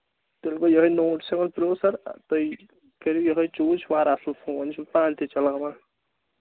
تُلہٕ بہٕ یِہوے نوٹ سیٚوَن پرٛو سَر تُہۍ کٔرِو یِہوے چوٗز یہِ چھُ واراہ اَصٕل فون یہِ چھُ پانہٕ تہِ چَلاوان